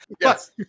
Yes